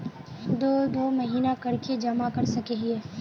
दो दो महीना कर के जमा कर सके हिये?